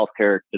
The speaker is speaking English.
healthcare